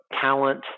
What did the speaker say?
talent